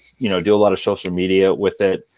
you know do a lot of social media with it.